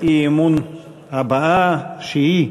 האי-אמון הבאה, שהיא: